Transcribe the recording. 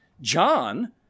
John